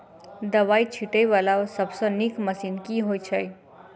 दवाई छीटै वला सबसँ नीक मशीन केँ होइ छै?